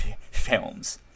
films